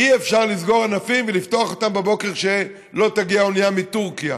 אי-אפשר לסגור ענפים ולפתוח אותם בבוקר שבו לא תגיע אונייה מטורקיה.